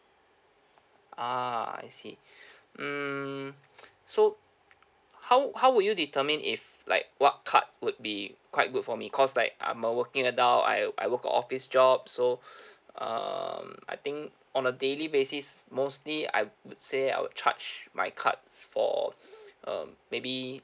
ah I see mm so how how would you determine if like what card would be quite good for me cause like I'm a working adult I I work a office job so um I think on a daily basis mostly I would say I would charge my cards for uh maybe